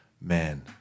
Man